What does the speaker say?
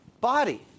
body